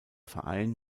verein